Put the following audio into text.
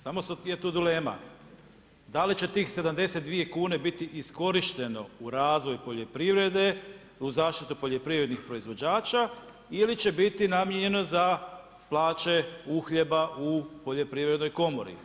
Samo je tu dilema da li će tih 72 kune biti iskorišteno u razvoj poljoprivrede, u zaštitu poljoprivrednih proizvođača ili će biti namijenjeno za plaće uhljeba u Poljoprivrednoj komori.